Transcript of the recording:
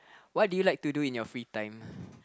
what do you like to do in your free time